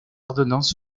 ordonnance